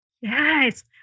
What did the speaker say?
Yes